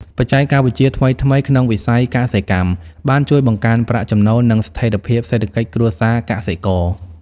បច្ចេកវិទ្យាថ្មីៗក្នុងវិស័យកសិកម្មបានជួយបង្កើនប្រាក់ចំណូល និងស្ថិរភាពសេដ្ឋកិច្ចគ្រួសារកសិករ។